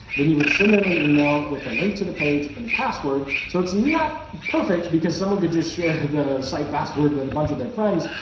then you would send them an email with a link to the page and the password. so it's not perfect because someone could just share the site password with a bunch of their friends,